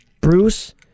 Bruce